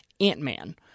Ant-Man